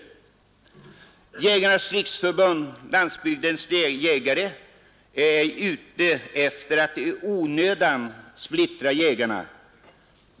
20 april 1972 Jägarnas riksförbund-Landsbygdens jägare är ej ute efter att i onödan — splittra jägarna.